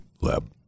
lab